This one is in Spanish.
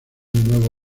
nuevo